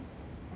I was saying